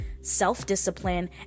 self-discipline